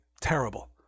terrible